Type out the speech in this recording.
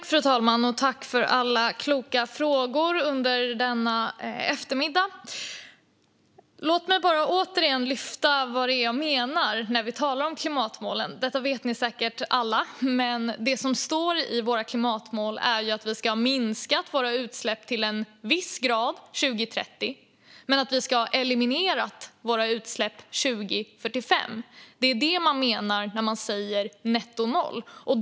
Fru talman! Jag tackar för alla kloka frågor under denna eftermiddag. Låt mig återigen lyfta vad det är jag menar när vi talar om klimatmålen. Detta vet ni säkert alla, men det som står i våra klimatmål är att vi ska ha minskat våra utsläpp till en viss grad till 2030 och att vi ska ha eliminerat våra utsläpp till 2045. Det är det man menar när man säger nettonoll.